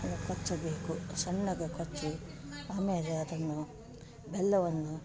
ಕೊಚ್ಚಬೇಕು ಸಣ್ಣಗೆ ಕೊಚ್ಚಿ ಆಮೇಲೆ ಅದನ್ನು ಬೆಲ್ಲವನ್ನು